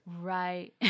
right